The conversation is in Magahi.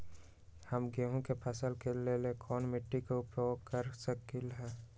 हम गेंहू के फसल के लेल कोन मिट्टी के उपयोग कर सकली ह?